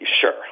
sure